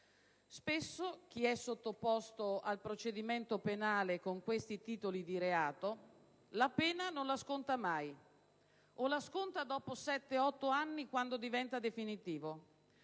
Spesso chi è sottoposto a procedimento penale con questi titoli di reato non sconta mai la pena o la sconta dopo sette-otto anni, quando diventa definitiva.